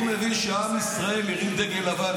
הוא מבין שעם ישראל הרים דגל לבן,